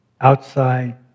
Outside